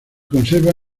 conserva